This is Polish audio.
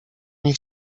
nie